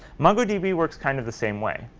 mongodb works kind of the same way.